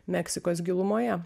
meksikos gilumoje